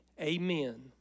Amen